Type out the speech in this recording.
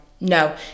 no